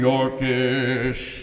Yorkish